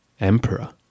emperor